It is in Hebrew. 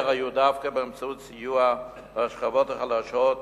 היו דווקא באמצעות סיוע לשכבות החלשות,